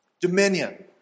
Dominion